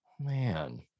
man